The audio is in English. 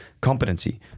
competency